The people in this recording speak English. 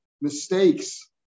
mistakes